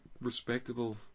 respectable